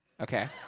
Okay